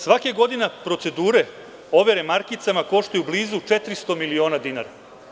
Svake godine procedure overe markicama koštaju blizu 400 miliona dinara.